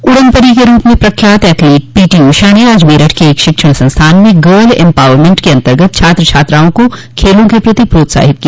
उड़न परी के रूप में प्रख्यात एथलीट पीटी ऊषा ने आज मेरठ के एक शिक्षण संस्थान में गर्ल एंपावरमेंट के अन्तर्गत छात्र छात्राओं को खेलों के प्रति प्रोत्साहित किया